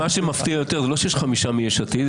מה שמפתיע יותר שזה לא שיש חמישה מיש עתיד,